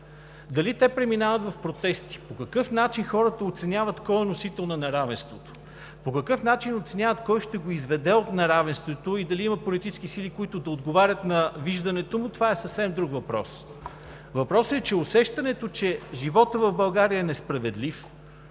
Дали те преминават в протести, по какъв начин хората оценяват кой е носител на неравенството, по какъв начин оценяват кой ще го изведе от неравенството и дали има политически сили, които да отговарят на виждането му – това е съвсем друг въпрос. Въпросът е, че усещането, че животът в България е несправедлив